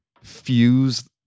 fuse